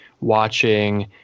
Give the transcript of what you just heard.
watching